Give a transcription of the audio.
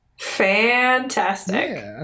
fantastic